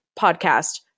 podcast